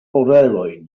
orelojn